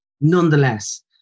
nonetheless